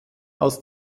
als